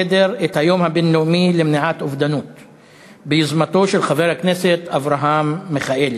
היום, ביוזמתו של חבר הכנסת אברהם מיכאלי,